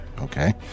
okay